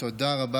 תודה רבה.